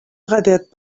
гадәт